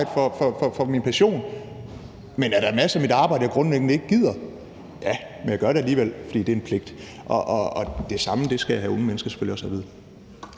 for min passion. Men er der en masse af mit arbejde, jeg grundlæggende ikke gider? Ja, men jeg gør det alligevel, fordi det er en pligt, og det samme skal unge mennesker selvfølgelig også have at vide.